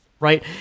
Right